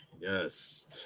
Yes